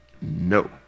No